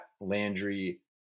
Landry